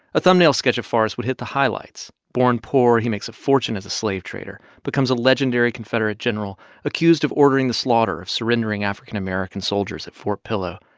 a thumbnail sketch of forrest would hit the highlights. born poor, he makes a fortune as a slave trader, becomes a legendary confederate general accused of ordering the slaughter of surrendering african american soldiers at fort pillow.